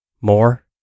more